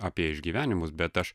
apie išgyvenimus bet aš